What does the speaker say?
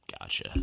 Gotcha